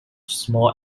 small